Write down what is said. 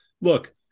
look